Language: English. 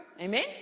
amen